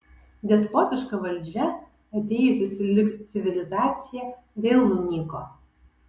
despotiška valdžia atėjusi sulig civilizacija vėl nunyko